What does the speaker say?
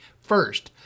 First